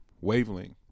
wavelength